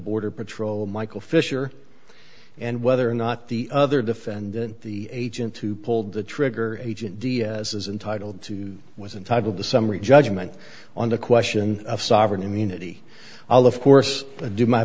border patrol michael fisher and whether or not the other defendant the agent who pulled the trigger agent diaz is entitle to was a type of the summary judgment on the question of sovereign immunity i'll of course do my